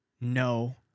No